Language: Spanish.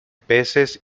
peces